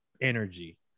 energy